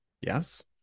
Yes